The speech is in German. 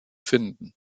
finden